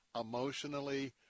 emotionally